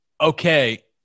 Okay